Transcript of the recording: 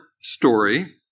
story